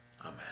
Amen